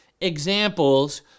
examples